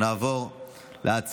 אנחנו נעבור להצבעה.